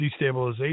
destabilization